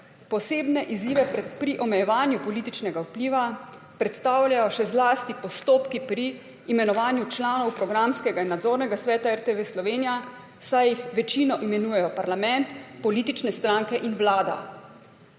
posebne izzive pri omejevanju političnega vpliva predstavljajo še zlasti postopki pri imenovanju članov programskega in nadzornega sveta RTV Slovenija, saj jih večino imenujejo parlament, politične stranke in vlada.